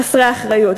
חסרי אחריות.